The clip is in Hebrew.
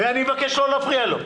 ואני מבקש להפריע לו.